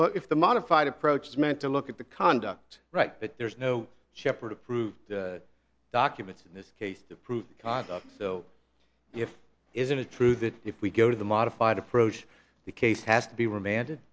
well if the modified approach is meant to look at the conduct right but there's no shepherd approved documents in this case to prove so if isn't it true that if we go to the modified approach the case has to be reman